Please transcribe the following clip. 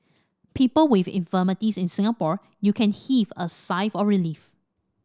people with infirmities in Singapore you can heave a sigh of relief